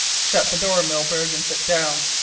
shut the door, milburgh, and sit down.